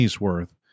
worth